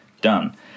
done